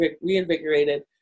reinvigorated